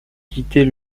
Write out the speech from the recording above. quitter